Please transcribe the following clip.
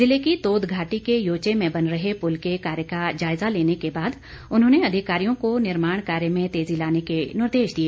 जिले की तोद घाटी के योचे में बन रहे पुल के कार्य का जायजा लेने के बाद उन्होंने अधिकारियों को निर्माण कार्य में तेजी लाने के निर्देश दिए